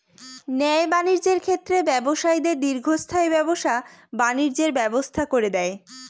ন্যায় বাণিজ্যের ক্ষেত্রে ব্যবসায়ীদের দীর্ঘস্থায়ী ব্যবসা বাণিজ্যের ব্যবস্থা করে দেয়